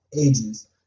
ages